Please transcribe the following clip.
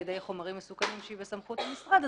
ידי חומרים מסוכנים שהיא בסמכות המשרד,